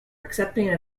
accepting